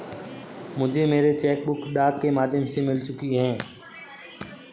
मुझे मेरी cheque book डाक के माध्यम से मिल चुकी है